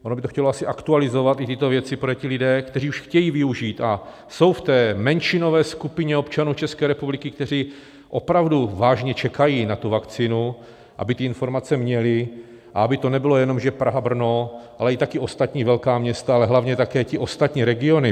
Ono by to chtělo asi aktualizovat i tyto věci, protože ti lidé, kteří už chtějí využít a jsou v té menšinové skupině občanů České republiky, kteří opravdu vážně čekají na tu vakcínu, aby ty informace měli a aby to nebylo jen, že Praha, Brno, ale i taky ostatní velká města, ale hlavně ty ostatní regiony.